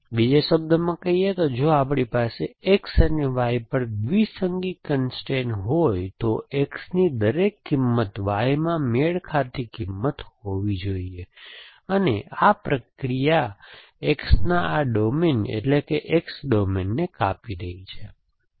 બીજા શબ્દોમાં કહીએ તો જો આપણી પાસે X અને Y પર દ્વિસંગી કન્સ્ટ્રેઇન હોય તો X ની દરેક કિંમત Y માં મેળ ખાતી કિંમત હોવી જોઈએ અને આ પ્રક્રિયા X ના આ ડોમેન એટલેકે X ડોમેનને કાપી રહી છે